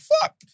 fuck